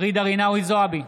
ג'ידא רינאוי זועבי,